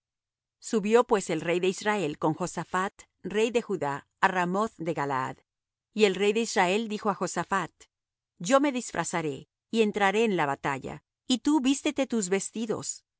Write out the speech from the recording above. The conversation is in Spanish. subió pues el rey de israel con josaphat rey de judá á ramoth de galaad y el rey de israel dijo á josaphat yo me disfrazaré y entraré en la batalla y tú vístete tus vestidos y